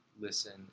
listen